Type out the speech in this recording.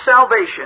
salvation